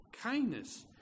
kindness